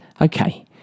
Okay